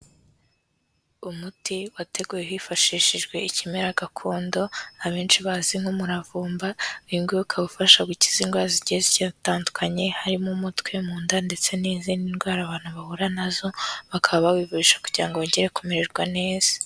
Umuti wateguwe hifashishijwe ikimera gakondo abenshi bazi nk'umuravumba, uyu nguyu ukaba ufasha gukiza indwara zigiye zitandukanye harimo umutwe, mu nda ndetse n'izindi ndwara abantu bahura na zo, bakaba bawivurisha kugira ngo bongere kumererwa neza.